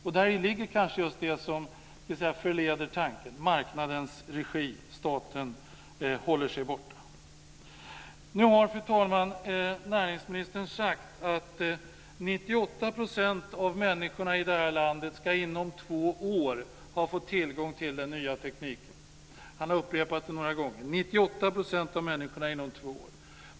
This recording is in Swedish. Däri ligger kanske just det som förleder tanken; marknadens regi - staten håller sig borta. Nu har, fru talman, näringsministern sagt att 98 % av människorna i det här landet inom två år ska ha fått tillgång till den nya tekniken. Han har upprepat det några gånger: 98 % av människorna inom två år.